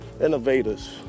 innovators